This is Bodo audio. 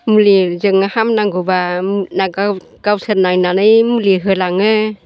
मुलिजोंनो हामनांगौब्ला गावसोर नायनानै मुलि होलाङो